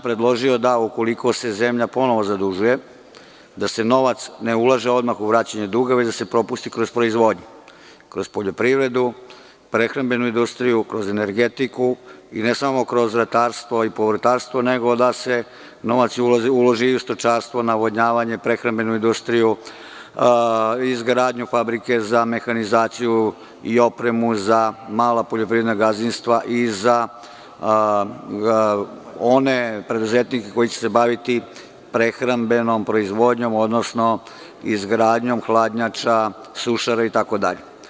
Predložio sam da, ukoliko se zemlja ponovo zadužuje, se novac ne ulaže odmah u vraćanje dugova, već da se propusti kroz proizvodnju, kroz poljoprivedu, prehrambenu industriju, kroz energetiku, i ne samo kroz ratarstvo i povrtarstvo nego da se novac uloži i u stočarstvo, navodnjavanje, prehrambenu industriju, izgradnju fabrika fabrike za mehanizaciju i opremu za mala poljoprivredna gazdinstva i za one preduzetnike koji će se baviti prehrambenom proizvodnjom, odnosno izgradnjom hladnjača, sušara, itd.